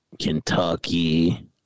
Kentucky